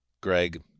Greg